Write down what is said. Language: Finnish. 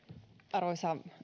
arvoisa